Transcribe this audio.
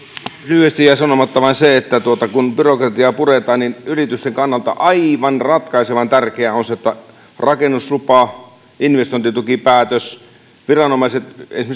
jäi sanomatta vain se että kun byrokratiaa puretaan niin yritysten kannalta aivan ratkaisevan tärkeää on se että rakennuslupa investointitukipäätös esimerkiksi viranomaisten